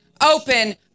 open